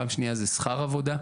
פעם שנייה זה שכר עבודה,